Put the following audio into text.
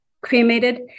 cremated